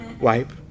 wipe